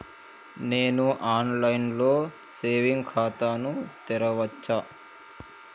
నేను online లో saving ఖాతా ను తెరవచ్చా?